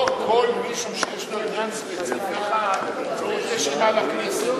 לא כל מישהו שיש לו עניין ספציפי צריך רשימה לכנסת.